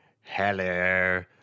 Hello